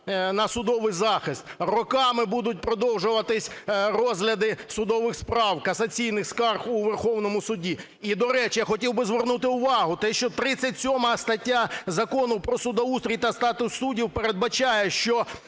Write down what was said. на судовий захист. Роками будуть продовжуватися розгляди судових справ, касаційних скарг у Верховному Суді. І, до речі, я хотів би звернути увагу, те, що 37 стаття Закону "Про судоустрій та статус суддів" передбачає, що